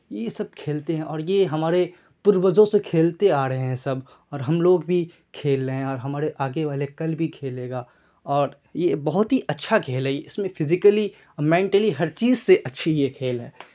یہ سب کھیلتے ہیں اور یہ ہمارے پروجوں سے کھیلتے آ رہے ہیں سب اور ہم لوگ بھی کھیل رہے ہیں اور ہمارے آگے والے کل بھی کھیلے گا اور یہ بہت ہی اچھا کھیل ہے اس میں فزیکلی اور مینٹلی ہر چیز سے اچھی یہ کھیل ہے